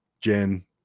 Jen